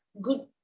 good